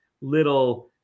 little